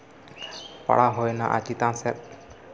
ᱯᱟᱲᱦᱟᱣ ᱦᱩᱭᱱᱟ ᱟᱨ ᱪᱮᱛᱟᱱ ᱥᱮᱫ